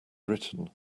written